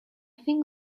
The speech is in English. think